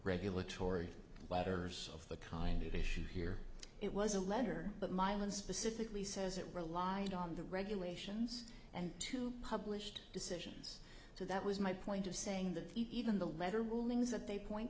regulatory letters of the kind of issue here it was a letter but milan specifically says it relied on the regulations and two published decisions so that was my point of saying that even the letter rulings that they point